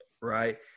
right